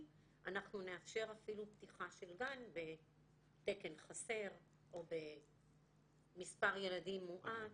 אנחנו נאפשר אפילו פתיחה של גן בתקן חסר או במספר ילדים מועט.